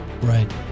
Right